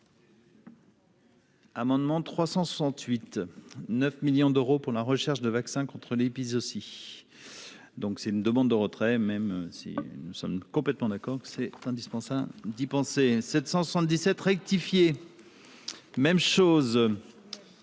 Amendement 368 9 millions d'euros pour la recherche de vaccins contre l'épizootie, donc c'est une demande de retrait, même si nous sommes complètement d'accord que c'est indispensable d'y penser 777 rectifié, même chose.